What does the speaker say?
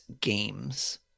Games